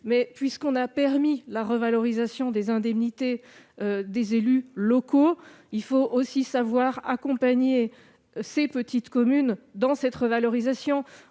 Mais puisqu'on a permis la revalorisation des indemnités des élus locaux, il faut aussi accompagner les petites communes dans cette revalorisation.